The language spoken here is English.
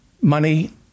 Money